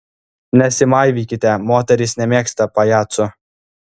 nesimaivykite moterys nemėgsta pajacų